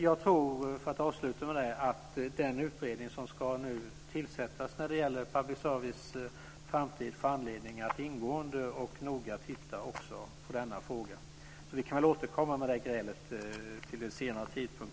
Jag tror att den utredning som nu ska tillsättas när det gäller public services framtid får anledning att ingående och noga titta också på denna fråga. Vi kan därför möjligen återkomma med det grälet vid en senare tidpunkt.